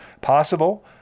possible